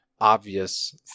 obvious